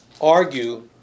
argue